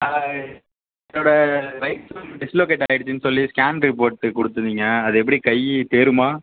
என்னோட right side dislocate ஆயிடுச்சுன்னு சொல்லி ஸ்கேன் ரிப்போர்ட்டு கொடுத்துருந்திங்க அது எப்படி கை தேறுமா